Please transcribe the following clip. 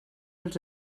els